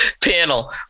panel